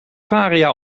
varia